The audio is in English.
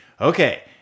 okay